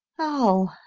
oh,